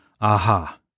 Aha